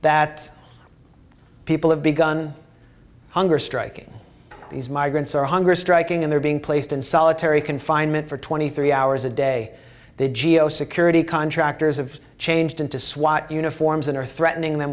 that people have begun hunger striking these migrants are hunger striking and they're being placed in solitary confinement for twenty three hours a day they geo security contractors of changed into swat uniforms and are threatening them